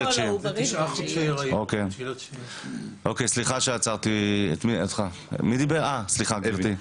אוקיי, סליחה שעצרי אותך גבירתי.